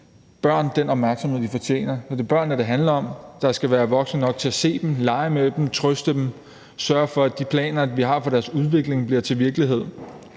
børn den opmærksomhed, de fortjener. For det er børnene, det handler om, og der skal være voksne nok til at se dem, lege med dem, trøste dem og sørge for, at de planer, vi har for deres udvikling, bliver til virkelighed;